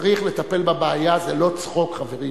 צריך לטפל בבעיה, זה לא צחוק, חברים.